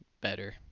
better